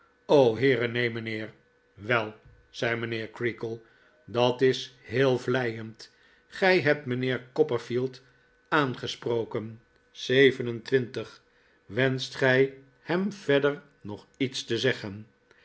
heere neen mijnheer wel zei mijnheer creakle dat is heel vleiend gij hebt mijnheer copperfield aangesproken zeven en twintig wenscht gij hem verder nog iets te zeggen